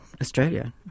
Australia